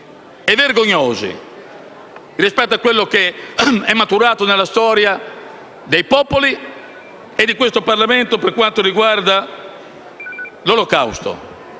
e vergognosi rispetto a quanto è maturato nella storia dei popoli e di questo Parlamento, per quanto riguarda l'Olocausto,